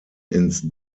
ins